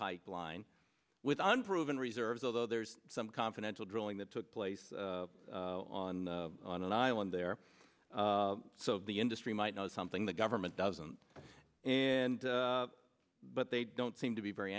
pipeline with unproven reserves although there's some confidential drilling that took place on on an island there so the industry might know something the government doesn't and but they don't seem to be very